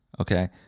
Okay